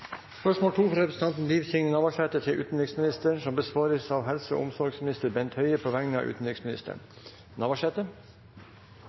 fra representanten Liv Signe Navarsete til utenriksministeren, vil bli besvart av helse- og omsorgsministeren på vegne av utenriksministeren.